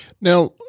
Now